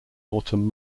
autumn